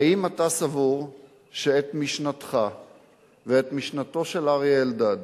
האם אתה סבור שאת משנתך ואת משנתו של אריה אלדד,